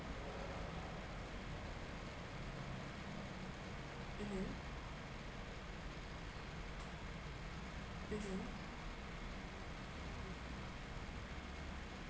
mm mm